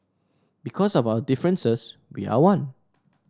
because of our differences we are one